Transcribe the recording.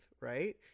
right